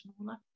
smaller